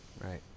Right